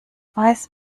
weiß